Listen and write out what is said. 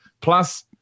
Plus